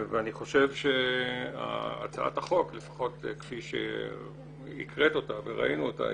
אני חושב שלפחות הצעת החוק כפי שהקראת אותה וראינו אותה,